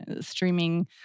streaming